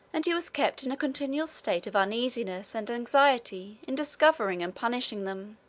and he was kept in a continual state of uneasiness and anxiety in discovering and punishing them.